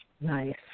Nice